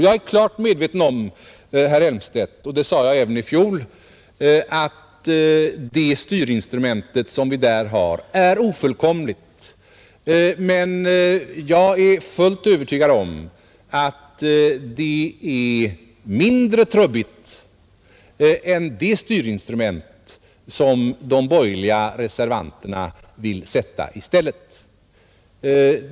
Jag är klart medveten om — och det sade jag även i fjol — att det styrinstrument vi där har är ofullkomligt. Men jag är övertygad om att det är mindre trubbigt än det styrinstrument som de borgerliga reservanterna vill sätta i stället.